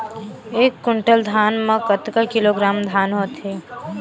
एक कुंटल धान में कतका किलोग्राम धान होथे?